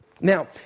Now